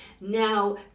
Now